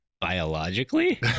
biologically